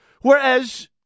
Whereas